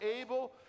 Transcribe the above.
able